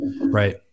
Right